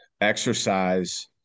exercise